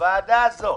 הוועדה הזו,